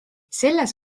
selles